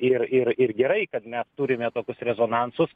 ir ir ir gerai kad mes turime tokius rezonansus